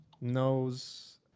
knows